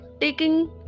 taking